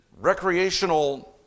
recreational